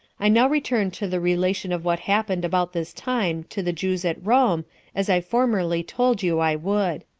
i now return to the relation of what happened about this time to the jews at rome, as i formerly told you i would.